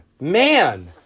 Man